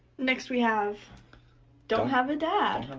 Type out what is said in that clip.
next we have don't have a dad.